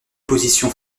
positions